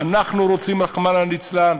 אנחנו רוצים, רחמנא ליצלן,